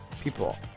people